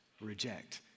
reject